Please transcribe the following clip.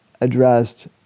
addressed